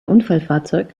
unfallfahrzeug